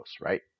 right